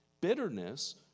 Bitterness